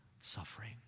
suffering